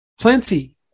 plenty